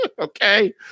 Okay